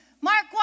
Mark